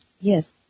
Yes